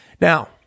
Now